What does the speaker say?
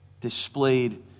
displayed